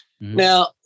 Now